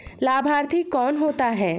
लाभार्थी कौन होता है?